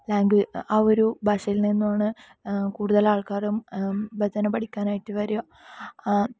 ലാങ്കു് ഒരു ഭാഷയിൽ നിന്നുമാണ് കൂടുതലാൾക്കാരും ഭജന പഠിക്കാനായിട്ട് വരിക